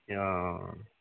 ए अँ अँ अँ